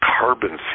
carbon